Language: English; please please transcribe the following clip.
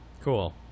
Cool